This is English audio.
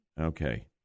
Okay